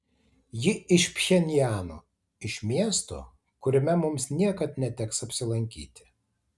ji iš pchenjano iš miesto kuriame mums niekad neteks apsilankyti